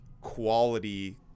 quality